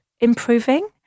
improving